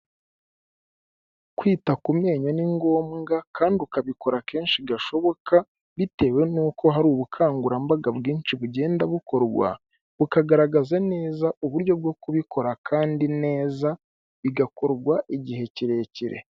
Kwita ku menyo ni ngombwa kandi ukabikora kenshi gashoboka bitewe n'uko hari ubukangurambaga bwinshi bugenda bukorwa, bukagaragaza neza uburyo bwo kubikora kandi neza bigakorwa igihe kirekire.